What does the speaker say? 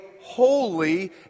holy